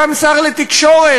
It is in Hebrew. גם שר התקשורת.